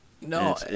No